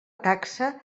taxa